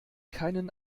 keinen